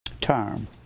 term